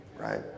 Right